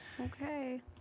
okay